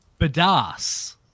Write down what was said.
badass